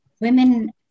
women